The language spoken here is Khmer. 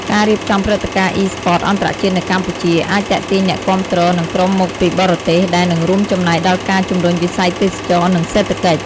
ការរៀបចំព្រឹត្តិការណ៍ Esports អន្តរជាតិនៅកម្ពុជា អាចទាក់ទាញអ្នកគាំទ្រ និងក្រុមមកពីបរទេស ដែលនឹងរួមចំណែកដល់ការជំរុញវិស័យទេសចរណ៍ និងសេដ្ឋកិច្ច។